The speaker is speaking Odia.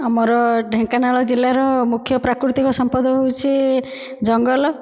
ଆମର ଢେଙ୍କାନାଳ ଜିଲ୍ଲାର ମୁଖ୍ୟ ପ୍ରାକୃତିକ ସମ୍ପଦ ହେଉଛି ଜଙ୍ଗଲ ଆଉ